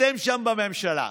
אתם שם בממשלה,